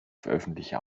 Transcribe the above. veröffentlichte